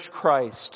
Christ